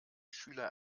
schüler